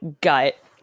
gut